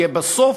כי בסוף,